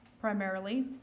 primarily